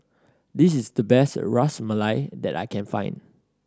this is the best Ras Malai that I can find